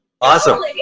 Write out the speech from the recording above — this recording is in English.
Awesome